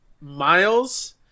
Miles